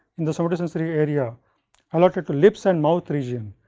in the somatosensory area allotted to lips and mouth region,